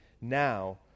now